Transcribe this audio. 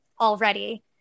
already